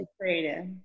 creative